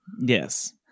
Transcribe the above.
Yes